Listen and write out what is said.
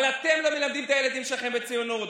אבל אתם לא מלמדים את הילדים שלכם ציונות.